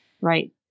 Right